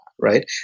right